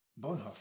Bonhoeffer